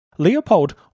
Leopold